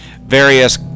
various